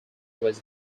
was